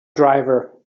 driver